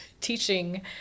teaching